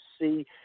see